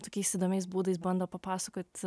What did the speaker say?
tokiais įdomiais būdais bando papasakot